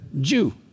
Jew